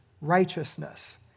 righteousness